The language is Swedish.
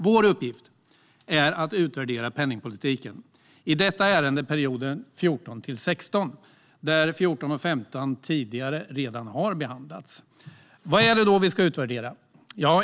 Vår uppgift är att utvärdera penningpolitiken, i detta ärende perioden 2014-2016, där 2014-2015 redan har behandlats tidigare. Vad är det då vi ska utvärdera?